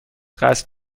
قصد